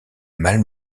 mal